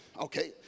okay